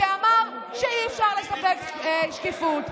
והוא אמר שאי-אפשר לספק שקיפות.